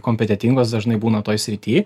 kompetentingos dažnai būna toj srity